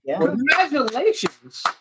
Congratulations